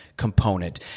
Component